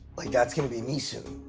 like that's going to be me soon.